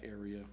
area